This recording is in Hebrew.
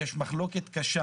יש מחלוקת קשה